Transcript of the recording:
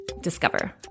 discover